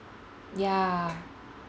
ya